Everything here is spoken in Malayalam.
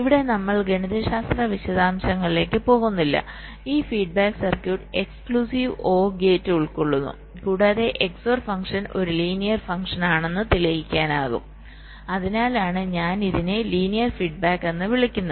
ഇവിടെ നമ്മൾ ഗണിതശാസ്ത്ര വിശദാംശങ്ങളിലേക്ക് പോകുന്നില്ല ഈ feed circuit exclusive or gate ഉൾക്കൊള്ളുന്നു കൂടാതെ XOR ഫംഗ്ഷൻ ഒരു ലീനിയർ ഫംഗ്ഷൻ ആണെന്ന് തെളിയിക്കാനാകും അതിനാലാണ് ഇതിനെ ലീനിയർ ഫീഡ്ബാക്ക് എന്ന് വിളിക്കുന്നത്